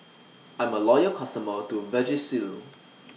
I'm A Loyal customer of Vagisil